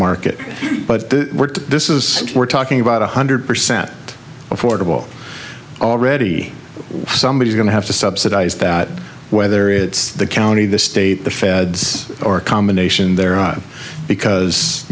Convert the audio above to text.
market but this is we're talking about one hundred percent affordable already somebody's going to have to subsidize that whether it's the county the state the feds or a combination thereof because